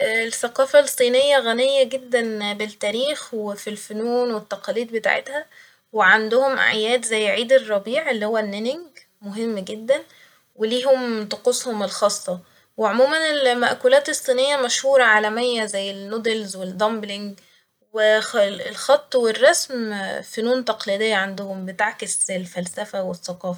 الثقافة الصينية غنية جدا بالتاريخ وفالفنون والتقاليد بتاعتها وعندهم أعياد زي عيد الربيع اللي هو النينج مهم جدا ، وليهم طقوسهم الخاصة وعموما المأكولات الصينية مشهورة عالمية زي النودلز والدامبلينج وخ- الخط والرسم فنون تقليدية عندهم بتعكس الفلسفة والثقافة